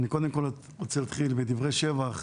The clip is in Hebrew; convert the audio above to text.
אני קודם כול רוצה להתחיל בדברי שבח